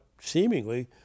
seemingly